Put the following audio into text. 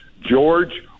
george